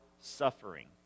suffering